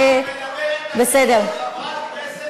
היא מדברת לקירות,